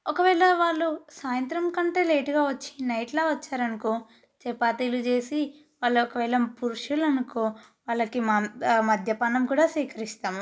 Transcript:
ఒకవేళ వాళ్ళు సాయంత్రం కంటే లేట్గా వచ్చి నైట్లో వచ్చినారు అనుకో చపాతీలు చేసి వాళ్ళు ఒకవేళ పురుషులు అనుకో వాళ్ళకి మాం మద్యపానం కూడా స్వీకరిస్తాము